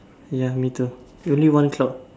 ya me too you only one o'clock